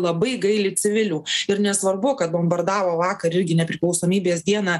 labai gaili civilių ir nesvarbu kad bombardavo vakar irgi nepriklausomybės dieną